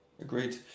Agreed